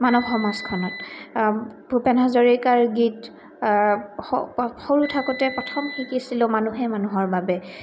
মানৱ সমাজখনত ভূপেন হাজৰিকাৰ গীত সৰু থাকোঁতে প্ৰথম শিকিছিলোঁ মানুহে মানুহৰ বাবে